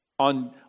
On